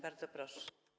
Bardzo proszę.